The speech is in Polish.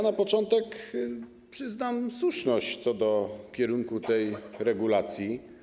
Na początek przyznam słuszność co do kierunku tej regulacji.